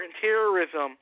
terrorism